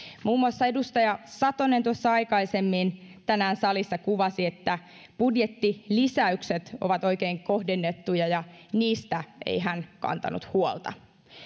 muun muassa edustaja satonen tuossa aikaisemmin tänään salissa kuvasi että budjettilisäykset ovat oikein kohdennettuja ja niistä ei hän kantanut huolta